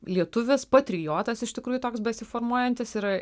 lietuvis patriotas iš tikrųjų toks besiformuojantis